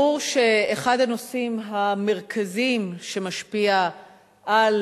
ברור שאחד הנושאים המרכזיים שמשפיע על